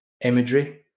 imagery